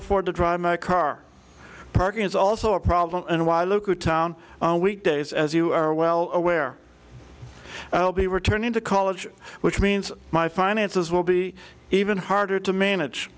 afford to drive my car parking is also a problem and why local town weekdays as you are well aware i'll be returning to college which means my finances will be even harder to manage